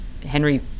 Henry